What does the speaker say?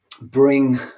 bring